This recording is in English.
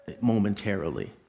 momentarily